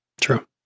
True